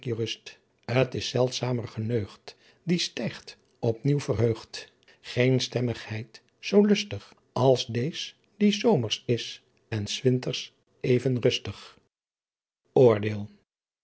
t is zeldzamer geneught die staegh op nieuw verheught geen stemmigheyt zoo lustigh als deez die zomers is en s winters even rustigh oordeel